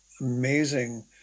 amazing